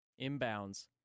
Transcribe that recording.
Inbounds